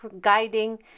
guiding